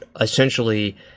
essentially